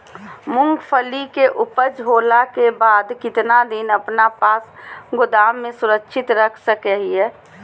मूंगफली के ऊपज होला के बाद कितना दिन अपना पास गोदाम में सुरक्षित रख सको हीयय?